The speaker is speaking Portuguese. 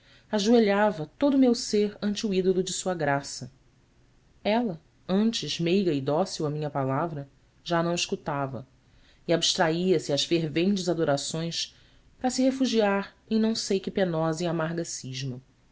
ajoelhava todo meu ser ante o ídolo de sua graça ela antes meiga e dócil à minha palavra já a não escutava e abstraía se às ferventes adorações para se refugiar em não sei que penosa e amarga cisma